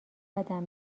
بدم